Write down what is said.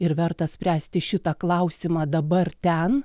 ir verta spręsti šitą klausimą dabar ten